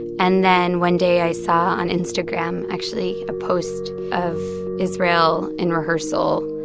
and then one day, i saw on instagram, actually, a post of israel in rehearsal,